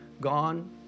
gone